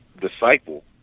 disciple